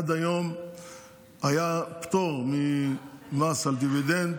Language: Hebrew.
עד היום היה פטור ממס על דיבידנד,